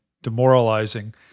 Demoralizing